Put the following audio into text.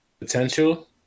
potential